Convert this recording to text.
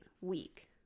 week